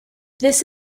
this